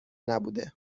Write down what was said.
نبوده